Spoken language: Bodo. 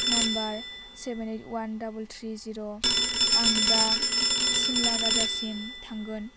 नम्बर सेभेन ओइट वान डाबोलट्रि जिर' आं दा सिमला बाजारसिम थांगोन